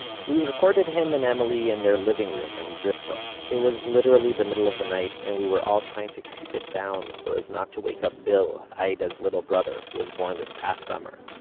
we recorded him and emily in their living room, in bristol. it was literally the middle of the night, and we were all trying to keep it down, so as not to wake up bill, iyda's little brother, who was born this past summer.